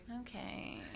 Okay